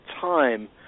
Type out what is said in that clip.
time